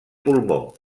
pulmó